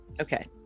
Okay